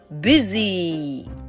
busy